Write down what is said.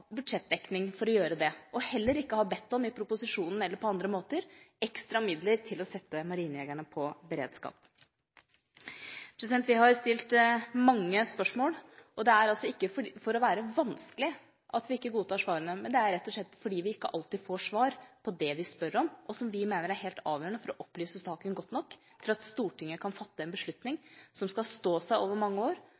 budsjettdekning for å gjøre det, og heller ikke å ha bedt om, i proposisjonen eller på andre måter, ekstra midler til å sette marinejegerne på beredskap. Vi har stilt mange spørsmål, og det er altså ikke for å være vanskelige at vi ikke godtar svarene, men det er rett og slett fordi vi ikke alltid får svar på det vi spør om; svar vi mener er helt avgjørende for å opplyse saken godt nok, for at Stortinget skal kunne fatte en beslutning